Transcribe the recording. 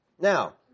Now